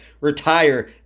retire